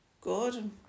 good